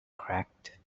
cracked